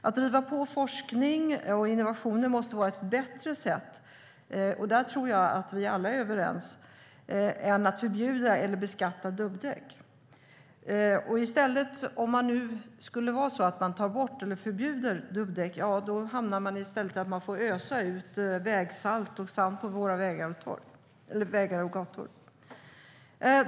Att driva på forskning och innovationer måste vara ett bättre sätt än att förbjuda eller beskatta dubbdäck, och där tror jag att vi alla är överens. Om det nu skulle bli så att man förbjuder dubbdäck hamnar man i stället i att man måste ösa ut vägsalt och sand på våra vägar och gator.